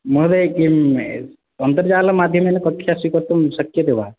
महोदय किम् अन्तर्जालमाध्यमेन कक्षा स्वीकर्तुं शक्यते वा